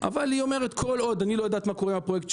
חלוקת הגז הטבעי לא שם.